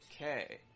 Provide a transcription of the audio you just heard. okay